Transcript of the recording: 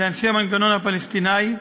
לאנשי המנגנון הפלסטיני,